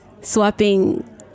swapping